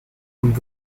und